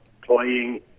playing